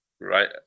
right